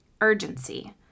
urgency